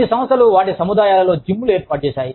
కొన్ని సంస్థలు వాటి సముదాయాలలో జిమ్లు ఏర్పాటు చేశాయి